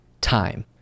time